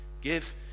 give